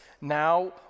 now